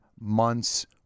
months